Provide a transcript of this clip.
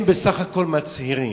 הם בסך הכול מצהירים,